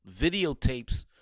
videotapes